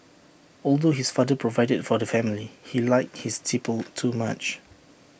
although his father provided for the family he liked his tipple too much